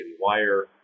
Wire